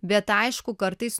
bet aišku kartais